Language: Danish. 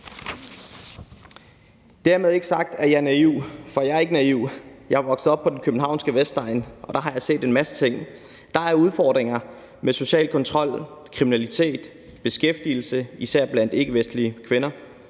Dermed ikke sagt, at jeg er naiv, for jeg er ikke naiv. Jeg er vokset op på den københavnske Vestegn, og der har jeg set en masse ting. Der er udfordringer med social kontrol, kriminalitet, beskæftigelse, især blandt ikkevestlige kvinder,